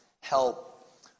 help